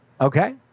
Okay